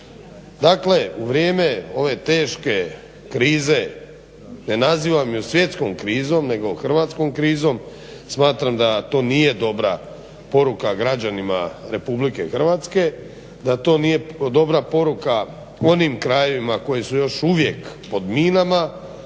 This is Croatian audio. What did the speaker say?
Dakle, u vrijeme ove teške krize, ne nazivam je svjetskom krizom nego hrvatskom krizom, smatram da to nije dobra poruka građanima RH, da to nije dobra poruka onim krajevima koji su još uvijek pod minama